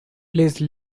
please